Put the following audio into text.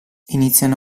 iniziano